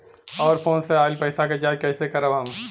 और फोन से आईल पैसा के जांच कैसे करब हम?